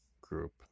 group